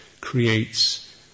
creates